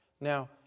Now